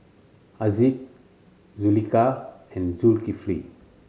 Haziq Zulaikha and Zulkifli